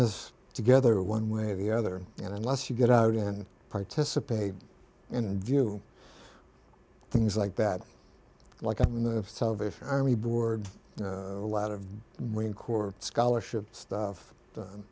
this together one way or the other and unless you get out and participate and view things like that like i mean the salvation army board a lot of marine corps scholarship stuff